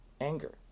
Anger